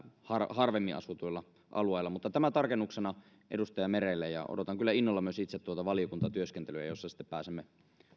harvemmin asutuilla alueilla mutta tämä tarkennuksena edustaja merelle ja odotan kyllä innolla myös itse tuota valiokuntatyöskentelyä jossa sitten pääsemme